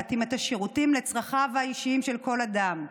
להתאים את השירותים לצרכיו האישיים של כל אדם,